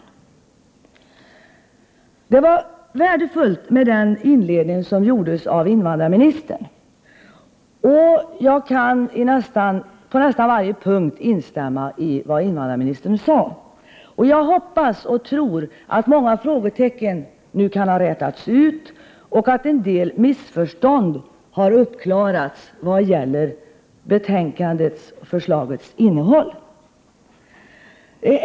Vad invandrarministern sade i sitt inledningsanförande var värdefullt. Jag kan nästan på varje punkt instämma i det hon sade. Jag hoppas och tror att många frågetecken nu har rätats ut och att en del missförstånd har klarats upp vad gäller betänkandets förslag och innehåll.